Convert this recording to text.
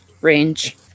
range